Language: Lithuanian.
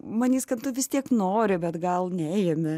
manys kad tu vis tiek nori bet gal neimi